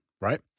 right